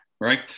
Right